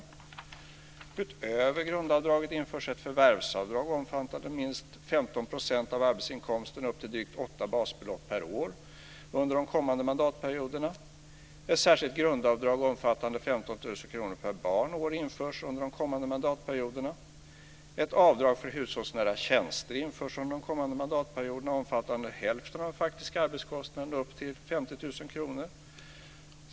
Utöver grundavdraget vill vi under de kommande mandatperioderna införa ett förvärvsavdrag omfattande minst 15 % av arbetsinkomsten upp till drygt åtta basbelopp per år, ett särskilt grundavdrag omfattande 15 000 kr per barn och år samt ett avdrag för hushållsnära tjänster omfattande hälften av de faktiska arbetskostnaderna upp till 50 000 kr.